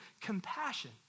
compassion